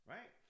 Right